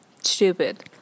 stupid